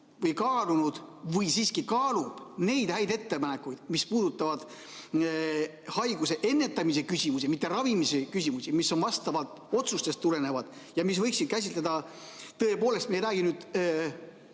neid kaaluda või siiski kaalub neid häid ettepanekuid, mis puudutavad haiguse ennetamise küsimusi, mitte ravimise küsimusi, mis on vastavalt otsustest tulenevad ja mis võiksid käsitleda ...? Tõepoolest, me ei räägi